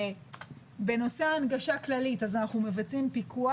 בנושא הנגשה כללית אנחנו מבצעים פיקוח.